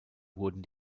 wurden